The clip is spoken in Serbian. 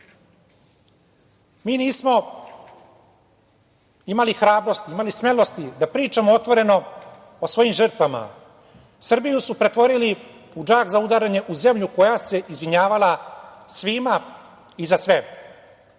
Mi nismo imali hrabrosti, imali smelosti da pričamo otvoreno o svojim žrtvama. Srbiju su pretvorili u džak za udaranje u zemlju koja se izvinjavala svima i za sve.